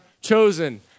chosen